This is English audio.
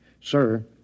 Sir